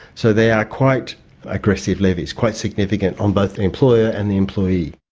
so they are quite aggressive levies, quite significant on both the employer and the employee.